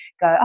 go